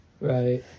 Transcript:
Right